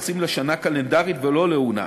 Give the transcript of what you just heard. מתייחסים לשנה קלנדרית ולא לעונה.